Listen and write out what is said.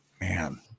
Man